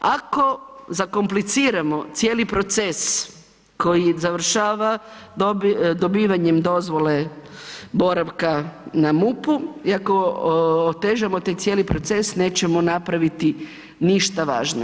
Ako zakompliciramo cijeli proces koji završava dobivanjem dozvole na MUP-u i ako otežamo taj cijeli proces nećemo napraviti ništa važno.